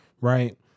right